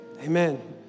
amen